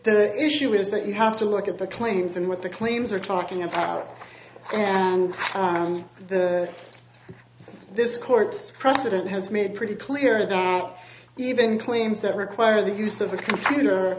the issue is that you have to look at the claims and what the claims are talking about and the this court's president has made pretty clear that even claims that require the use of a computer